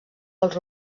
als